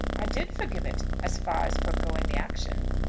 i did forgive it, as far as foregoing the action.